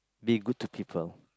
be good to people